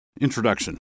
Introduction